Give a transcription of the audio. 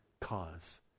cause